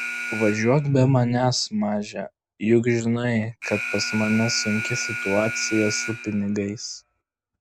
važiuok be manęs maže juk žinai kad pas mane sunki situaciją su pinigais